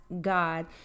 God